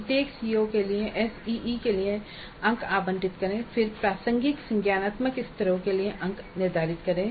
प्रत्येक सीओ के लिए एसईई के लिए अंक आवंटित करें और फिर प्रासंगिक संज्ञानात्मक स्तरों के लिए अंक निर्धारित करें